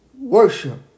Worship